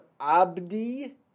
Abdi